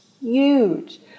huge